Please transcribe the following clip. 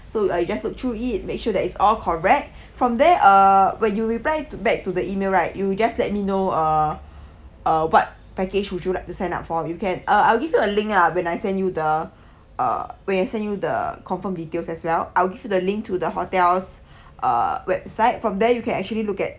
so uh you just look through it make sure that it's all correct from there uh when you reply t~ back to the email right you just let me know uh uh what package would you like to sign up for you can uh I'll give you a link ah when I send you the uh when I send you the confirm details as well I'll give you the link to the hotel's uh website from there you can actually look at